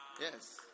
Yes